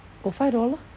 got five dollar